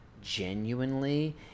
genuinely